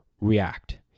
react